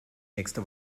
nächste